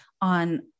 on